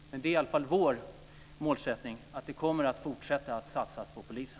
Men det är vår målsättning att fortsätta att satsa på polisen.